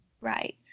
Right